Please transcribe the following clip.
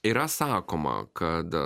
yra sakoma kad